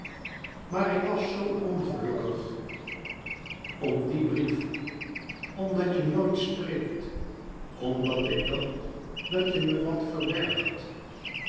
maar ik was zoo uiiguiuk is ig om men duo omaat je nooit spreetu omaat ik dacht dat je me wat verbergt